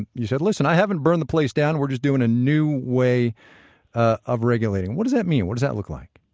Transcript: you said, listen, i haven't burned the place down, we're just doing a new way of regulating. what does that mean? what does that look like?